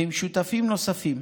ועם שותפים נוספים,